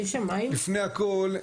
לפני הכל,